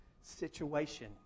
situation